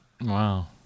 Wow